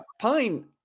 Pine